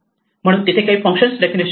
म्हणून तिथे काही फंक्शन डेफिनेशन आहेत